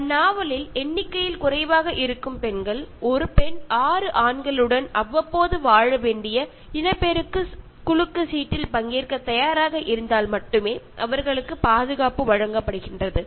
அந்நாவலில் எண்ணிக்கையில் குறைவாக இருக்கும் பெண்கள் ஒரு பெண் ஆறு ஆண்களுடன் அவ்வப்போது வாழ வேண்டிய இனப்பெருக்க குலுக்கு சீட்டில் பங்கேற்க தயாராக இருந்தால் மட்டுமே அவர்களுக்கு பாதுகாப்பு வழங்கப்படுகிறது